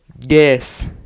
Yes